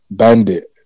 bandit